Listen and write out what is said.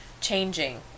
changing